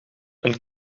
een